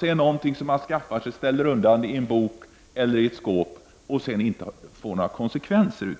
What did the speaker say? och någonting som man skaffar sig och ställer undan i ett skåp utan att den för med sig några konsekvenser.